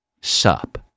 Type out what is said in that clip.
Sup